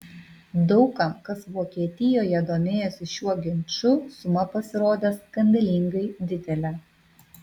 daug kam kas vokietijoje domėjosi šiuo ginču suma pasirodė skandalingai didelė